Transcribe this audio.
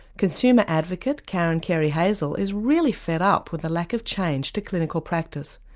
consumer advocate karen carey hazell is really fed up with the lack of change to clinical practice,